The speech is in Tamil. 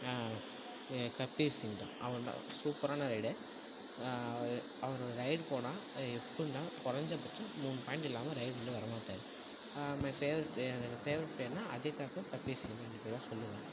ஏ கப்பீர் சிங்தான் அவன் தான் சூப்பரான ரைடு அவர் அவர் ஒரு ரைடு போனால் எப்பிடினாலும் குறஞ்சபட்சம் மூணு பாயிண்ட் இல்லாமல் ரைடுலேருந்து வர மாட்டார் மை ஃபேவரட் ப்ளேயர் என்னோட ஃபேவரட் ப்ளேயர்னால் அஜய் தாகூர் கப்பீர் சிங் இவங்க ரெண்டு பேர் தான் சொல்லுவேன்